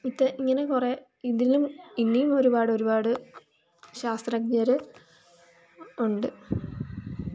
ഇത് ഇങ്ങനെ കുറേ ഇതിലും ഇനിയും ഒരുപാടൊരുപാട് ശാസ്ത്രജ്ഞർ ഉണ്ട്